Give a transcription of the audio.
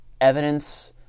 evidence